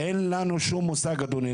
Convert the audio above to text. אין לנו שום מושג, אדוני.